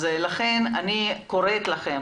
לכן אני קוראת לכם,